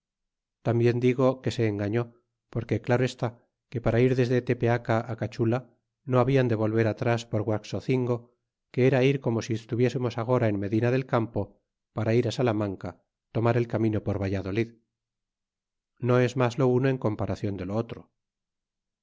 tambien digo que se engañó porque claro est que para ir desde tepeaca cachula no hablan de volver atras por guam cin go que era ir como si estuviésemos agora en medina del campo y para ir salamanca tomar el camino por valladolid no es mas lo uno en comparacion de lo otro